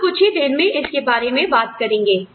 हम कुछ ही देर में इसके बारे में बात करेंगे